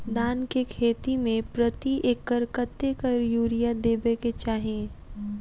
धान केँ खेती मे प्रति एकड़ कतेक यूरिया देब केँ चाहि?